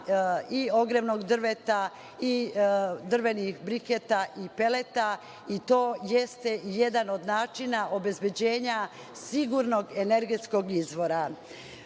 i ogrevnog drveta i drvenih briketa i peleta, i to jeste jedan od načina obezbeđenja sigurnog energetskog izvora. Takođe,